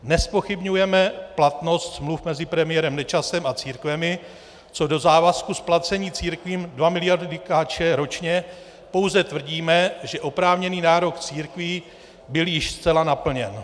Nezpochybňujeme platnost smluv mezi premiérem Nečasem a církvemi co do závazku splacení církvím 2 miliardy Kč ročně, pouze tvrdíme, že oprávněný nárok církví byl již zcela naplněn.